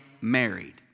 married